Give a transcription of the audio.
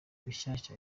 rushyashya